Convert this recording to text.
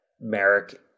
Merrick